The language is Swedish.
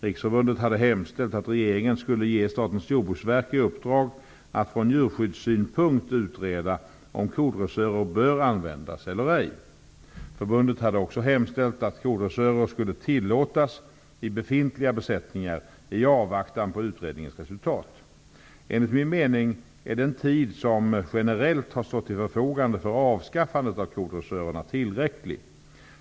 Riksförbundet hade hemställt att regeringen skulle ge Statens jordbruksverk i uppdrag att från djurskyddssynpunkt utreda om kodressörer bör användas eller ej. Förbundet hade också hemställt att kodressörer skulle tillåtas i befintliga besättningar i avvaktan på utredningens resultat. Enligt min mening är den tid som generellt har stått till förfogande för avskaffandet av kodressörerna tillräcklig.